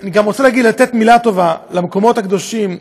אני גם רוצה לתת מילה למקומות הקדושים,